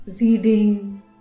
reading